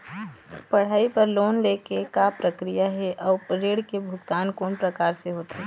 पढ़ई बर लोन ले के का प्रक्रिया हे, अउ ऋण के भुगतान कोन प्रकार से होथे?